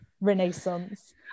Renaissance